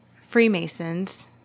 Freemasons